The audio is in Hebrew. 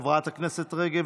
חברת הכנסת רגב,